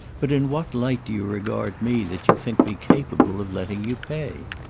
but in what light do you regard me that you think me capable of letting you pay?